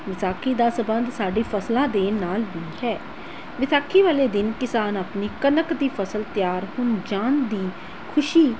ਵਿਸਾਖੀ ਦਾ ਸਬੰਧ ਸਾਡੀ ਫ਼ਸਲਾਂ ਦੇ ਨਾਲ ਵੀ ਹੈ ਵਿਸਾਖੀ ਵਾਲੇ ਦਿਨ ਕਿਸਾਨ ਆਪਣੀ ਕਣਕ ਦੀ ਫ਼ਸਲ ਤਿਆਰ ਹੋ ਜਾਣ ਦੀ ਖੁਸ਼ੀ